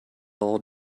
all